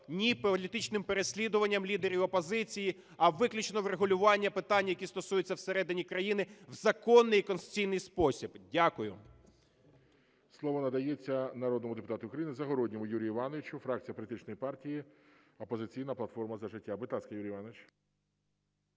ні – політичним переслідуванням лідерів опозиції, а виключно врегулювання питань, які стосуються всередині країни, в законний, конституційний спосіб. Дякую. ГОЛОВУЮЧИЙ. Слово надається народному депутату України Загородньому Юрію Івановичу, фракція політичної партії "Опозиційна платформа – За життя". Будь ласка, Юрій Іванович.